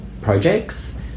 projects